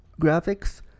graphics